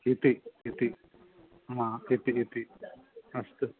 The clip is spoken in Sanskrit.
इति इति इति इति अस्तु